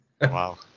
Wow